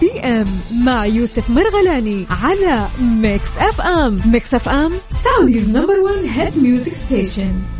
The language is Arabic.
P.M. مع يوسف مرغلاني على Mix FM. Mix FM Saudi's number one head music station.